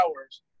hours